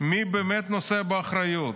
מי באמת נושא באחריות.